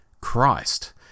Christ